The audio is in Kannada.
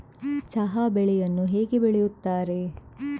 ಚಹಾ ಬೆಳೆಯನ್ನು ಹೇಗೆ ಬೆಳೆಯುತ್ತಾರೆ?